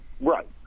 Right